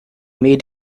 made